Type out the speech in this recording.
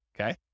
okay